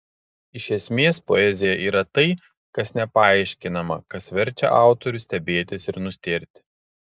iš esmės poezija yra tai kas nepaaiškinama kas verčia autorių stebėtis ir nustėrti